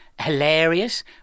hilarious